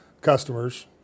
customers